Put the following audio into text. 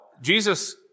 Jesus